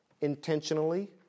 intentionally